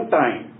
time